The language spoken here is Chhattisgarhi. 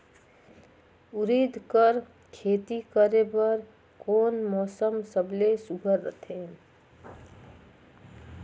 उरीद कर खेती करे बर कोन मौसम सबले सुघ्घर रहथे?